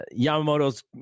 Yamamoto's